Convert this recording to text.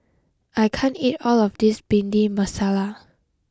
I can't eat all of this Bhindi Masala